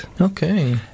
Okay